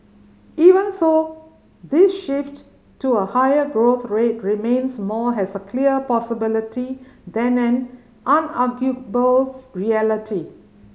even so this shift to a higher growth rate remains more has a clear possibility than an unarguable reality